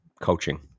coaching